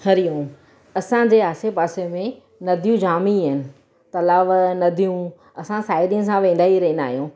हरिओम असांजे आसे पासे में नदियूं जाम ई इन तलाउ नदियूं असां साहेड़ीनि सां वेंदा ई रहींदा आहियूं